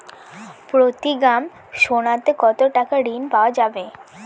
প্রতি গ্রাম সোনাতে কত টাকা ঋণ পাওয়া যাবে?